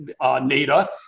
NADA